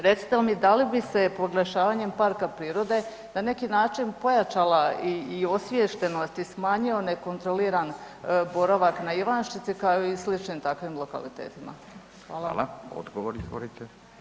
Recite mi da li bi se proglašavanjem parka prirode na neki način pojačala i osviještenost i smanjio nekontroliran boravak na Ivanščici kao i sličnim takvim lokalitetima?